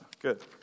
good